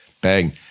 bang